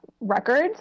records